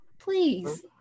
Please